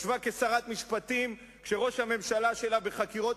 ישבה כשרת המשפטים כשראש הממשלה שלה בחקירות